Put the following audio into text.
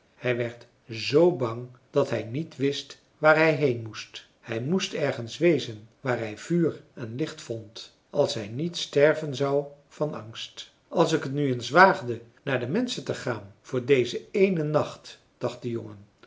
hij werd z bang dat hij niet wist waar hij heen moest hij moest ergens wezen waar hij vuur en licht vond als hij niet sterven zou van angst als ik t nu eens waagde naar de menschen te gaan voor dezen éénen nacht dacht de jongen